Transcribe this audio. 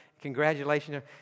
Congratulations